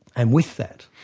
and with that,